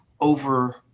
over